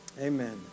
Amen